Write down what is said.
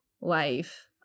life